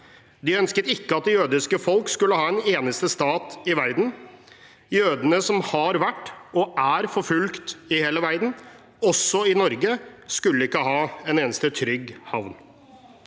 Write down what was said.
De ønsket ikke at det jødiske folk skulle ha en eneste stat i verden. Jødene som har vært og er forfulgt i hele verden, også i Norge, skulle ikke ha en eneste trygg havn.